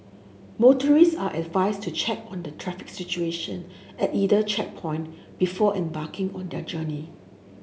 motorist are advised to check on the traffic situation at either checkpoint before embarking on their journey